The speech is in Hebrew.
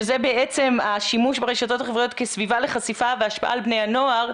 שזה בעצם השימוש ברשתות החברתיות כסביבה לחשיפה וההשפעה על בני הנוער.